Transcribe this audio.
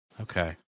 Okay